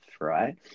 right